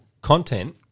content